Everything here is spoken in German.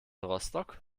rostock